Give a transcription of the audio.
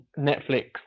Netflix